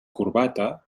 corbata